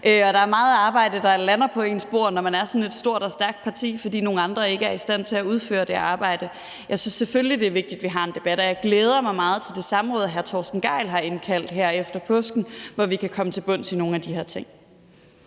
og der er meget arbejde, der lander på ens bord, når man er sådan et stort og stærkt parti, fordi nogle andre ikke er i stand til at udføre det arbejde. Jeg synes selvfølgelig, det er vigtigt, at vi har en debat, og jeg glæder mig meget til det samråd, hr. Torsten Gejl har indkaldt til her efter påske, hvor vi kan komme til bunds i nogle af de her ting.